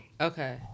okay